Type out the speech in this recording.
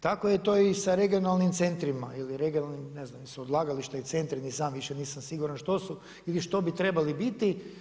Tako je to i sa regionalnim centrima ili regionalnim, ne znam jesu odlagališta ili centri ni sam nisam više siguran što su ili što bi trebali biti.